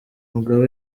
mugabo